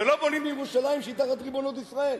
שלא בונים בירושלים, שהיא תחת ריבונות ישראל.